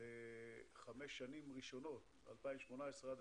לחמש שנים ראשונות, עד